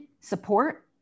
support